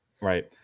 Right